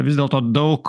vis dėlto daug